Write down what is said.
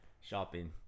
shopping